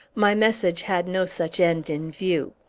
my message had no such end in view.